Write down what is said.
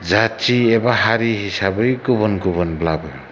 जाथि एबा हारि हिसाबै गुबुन गुबुनब्लाबो